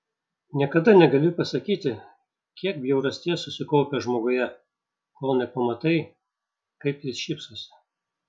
niekada negali pasakyti kiek bjaurasties susikaupę žmoguje kol nepamatai kaip jis šypsosi